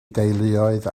deuluoedd